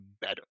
better